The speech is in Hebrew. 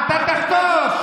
אתה תחטוף.